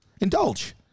indulge